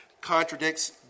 contradicts